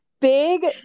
Big